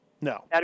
No